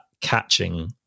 catching